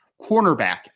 cornerback